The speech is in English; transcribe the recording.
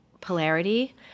polarity